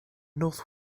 north